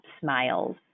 smiles